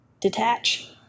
Detach